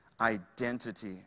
identity